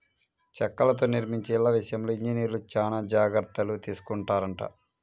చెక్కలతో నిర్మించే ఇళ్ళ విషయంలో ఇంజనీర్లు చానా జాగర్తలు తీసుకొంటారంట